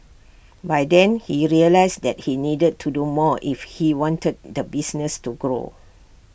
by then he realised that he needed to do more if he wanted the business to grow